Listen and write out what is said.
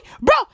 bro